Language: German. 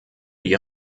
die